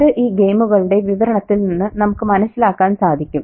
അത് ഈ ഗെയിമുകളുടെ വിവരണത്തിൽ നിന്ന് നമുക്ക് മനസ്സിലാക്കാൻ സാധിക്കും